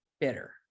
bitter